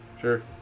sure